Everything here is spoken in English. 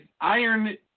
iron